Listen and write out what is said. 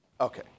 Okay